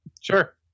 Sure